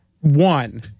One